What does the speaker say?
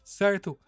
certo